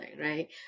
right